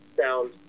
sound